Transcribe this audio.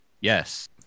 Yes